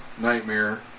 Nightmare